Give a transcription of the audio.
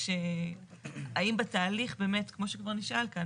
האם בתהליך - כמו שכבר נשאל כאן,